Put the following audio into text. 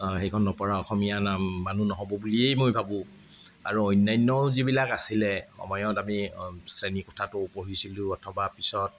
সেইখন নপঢ়া অসমীয়া মানুহ নহ'ব বুলিয়েই মই ভাবোঁ আৰু অন্যান্য যিবিলাক আছিলে সময়ত আমি শ্ৰেণী কোঠাটো পঢ়িছিলোঁ অথবা পিছত